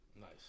Nice